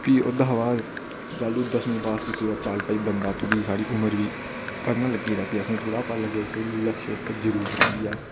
भी ओह्दे शा बाद च जैलूं दसमीं पास कीती ते चल भई थोह्ड़ी साढ़ी उमर बी पढ़न लग्गी पे ते भी असें थोह्ड़ा पता लग्गन लगी पेआ की लक्ष्य जेह्का जरूरी चीज़ ऐ